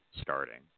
starting